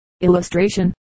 Illustration